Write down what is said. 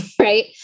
right